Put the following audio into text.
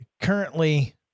Currently